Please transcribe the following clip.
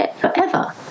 forever